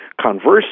Conversely